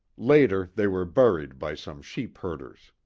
later they were buried by some sheep herders.